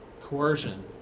coercion